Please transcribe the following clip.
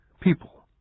people